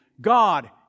God